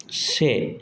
से